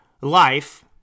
life